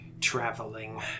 traveling